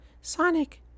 Sonic